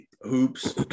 Hoops